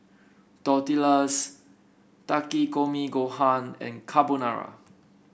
Tortillas Takikomi Gohan and Carbonara